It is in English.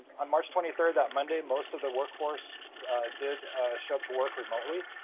on march twenty third, that monday, most of the workforce did show up to work remotely.